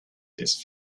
this